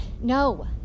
No